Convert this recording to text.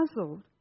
puzzled